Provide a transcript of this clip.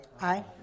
Aye